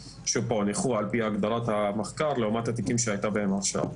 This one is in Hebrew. שפוענחו על פי הגדרת המחקר לעומת התיקים שהיתה בהם הרשעה.